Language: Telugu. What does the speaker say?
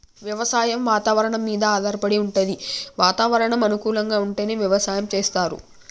వ్యవసాయం వాతవరణం మీద ఆధారపడి వుంటది వాతావరణం అనుకూలంగా ఉంటేనే వ్యవసాయం చేస్తరు